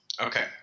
Okay